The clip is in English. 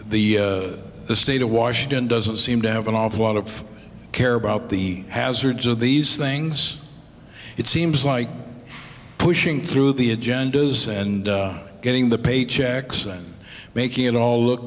the state of washington doesn't seem to have an awful lot of care about the hazards of these things it seems like pushing through the agendas and getting the paychecks and making it all look